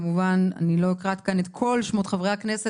אני לא אקרא כאן את כל שמות חברי הכנסת,